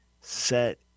set